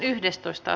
asia